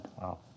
Wow